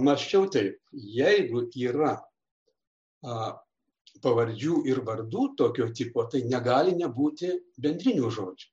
mąsčiau taip jeigu yra a pavardžių ir vardų tokio tipo tai negali nebūti bendrinių žodžių